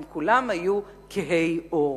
הם כולם היו כהי עור.